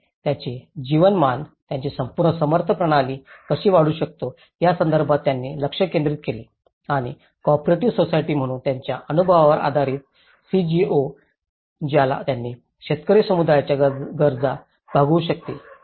आम्ही त्यांचे जीवनमान त्यांची संपूर्ण समर्थन प्रणाली कशी वाढवू शकतो या संदर्भात त्यांनी लक्ष केंद्रित केले आणि कॉपरेटिव्ह सोसायटी म्हणून त्यांच्या अनुभवावर आधारित सीजीओ ज्याला त्यांनी शेतकरी समुदायाच्या गरजा भागवू शकतील